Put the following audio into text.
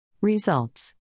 Results